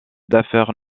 d’affaires